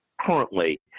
currently